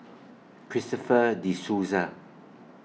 Christopher De Souza